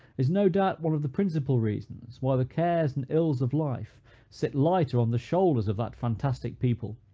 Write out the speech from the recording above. is no doubt one of the principal reasons why the cares and ills of life sit lighter on the shoulders of that fantastic people,